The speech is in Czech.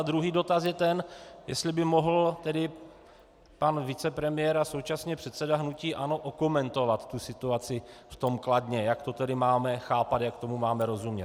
Druhý dotaz je ten, jestli by mohl pan vicepremiér a současně předseda hnutí ANO okomentovat situaci v Kladně, jak to tedy máme chápat, jak tomu máme rozumět.